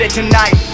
tonight